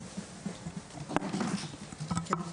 תודה.